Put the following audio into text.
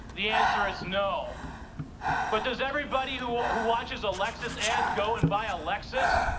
the answer is no but does everybody who ah who watches alexa sad go and buy a lexus,